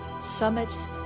summits